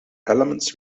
elements